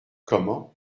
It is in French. comment